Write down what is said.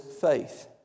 faith